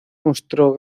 mostró